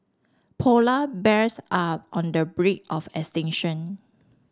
polar bears are on the brink of extinction